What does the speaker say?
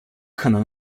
可能